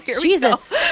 Jesus